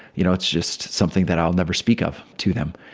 you know, it's just something that i'll never speak of to them.